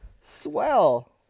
Swell